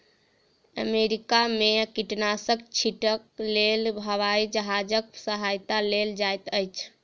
America में कीटनाशक छीटक लेल हवाई जहाजक सहायता लेल जाइत अछि